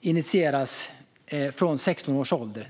initieras från 16 års ålder.